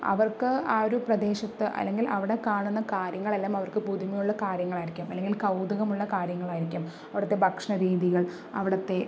അവർക്ക് ആ ഒരു പ്രദേശത്ത് അല്ലെങ്കിൽ അവിടെ കാണുന്ന കാര്യങ്ങളെല്ലാം അവർക്ക് പുതുമയുള്ള കാര്യങ്ങളായിരിക്കും അല്ലെങ്കിൽ കൗതുകമുള്ള കാര്യങ്ങളായിരിക്കും അവിടുത്തെ ഭക്ഷണരീതികൾ അവിടുത്തെ